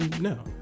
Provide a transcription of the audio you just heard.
No